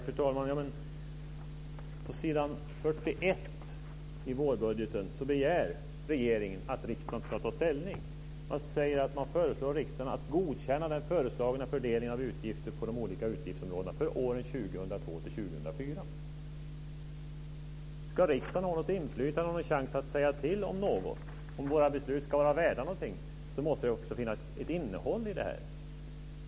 Fru talman! På s. 41 i vårbudgeten begär regeringen att riksdagen ska ta ställning. Man föreslår riksdagen att godkänna den föreslagna fördelningen av utgifter på de olika utgiftsområdena för åren 2002 Ska riksdagen ha något inflytande och en chans att säga till om någonting, om riksdagens beslut ska vara värda någonting, måste det finnas ett innehåll.